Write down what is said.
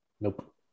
Nope